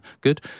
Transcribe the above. Good